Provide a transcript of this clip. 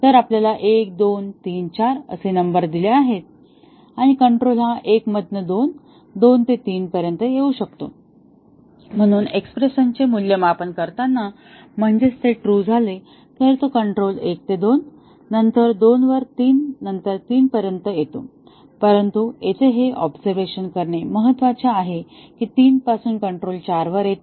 तर आपण त्याला 1 2 3 4 नंबर दिले आहेत आणि कंट्रोल हा 1 मधून 2 2 ते 3 पर्यंत येऊ शकतो म्हणून एक्स्प्रेशन चे मूल्यमापन करताना म्हणजेच ते ट्रू झाले तर तो कंट्रोल 1 ते 2 नंतर 2 वर नंतर 3 पर्यंत येतो परंतु येथे हे ऑब्झरव्हेशन करणे महत्त्वाचे आहे की 3 पासून कंट्रोल 4 वर येत नाही